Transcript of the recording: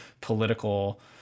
political